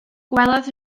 gwelodd